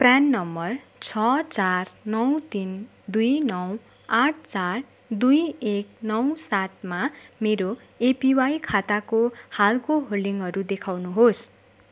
प्र्यान number छ चार नौ तिन दुई नौ आठ चार दुई एक नौ सातमा मेरो एपिवाई खाताको हालको होल्डिङहरू देखाउनुहोस्